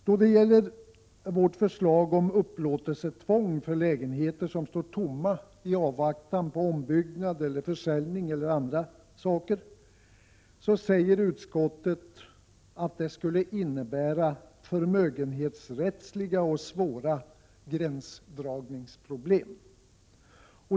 Då det gäller vårt förslag om upplåtelsetvång för lägenheter som står tomma i avvaktan på ombyggnad, försäljning osv. säger utskottet att det skulle innebära förmögenhetsrättsliga problem och svåra gränsdragningsproblem.